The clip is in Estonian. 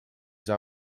saa